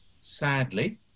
sadly